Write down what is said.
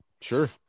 Sure